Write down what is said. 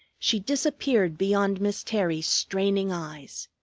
she disappeared beyond miss terry's straining eyes.